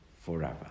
forever